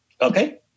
Okay